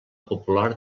popular